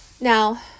Now